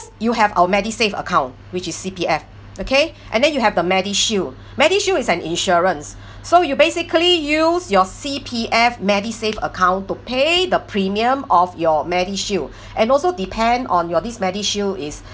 you have our medisave account which is C_P_F okay and then you have the medishield medishield is an insurance so you basically use your C_P_F medisave account to pay the premium of your medishield and also depend on your this medishield is